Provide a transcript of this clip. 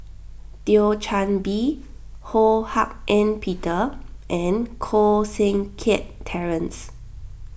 Thio Chan Bee Ho Hak Ean Peter and Koh Seng Kiat Terence